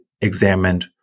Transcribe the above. examined